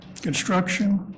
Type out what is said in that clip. construction